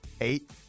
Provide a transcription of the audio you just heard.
eight